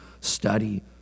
study